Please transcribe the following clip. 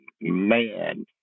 Man